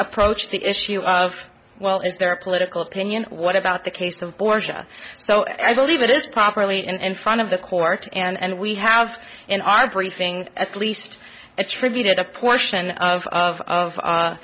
approach the issue of well is there a political opinion what about the case of borgia so i believe it is properly and in front of the court and we have in our briefing at least attributed a portion of of of